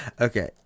Okay